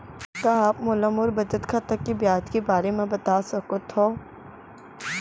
का आप मोला मोर बचत खाता के ब्याज के बारे म बता सकता हव?